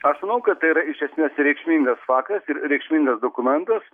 aš manau kad tai yra iš esmės reikšmingas faktas ir reikšmingas dokumentas